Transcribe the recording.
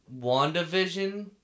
Wandavision